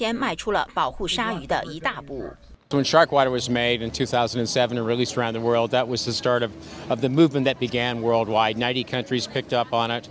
shall do in shark why it was made in two thousand and seven to release around the world that was the start of of the movement that began worldwide ninety countries picked up on it